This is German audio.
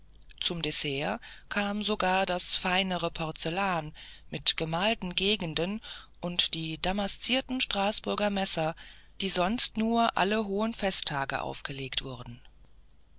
zum dessert kam sogar das feinere porzellan mit gemalten gegenden und die damaszierten straßburger messer die sonst nur alle hohen festtage aufgelegt wurden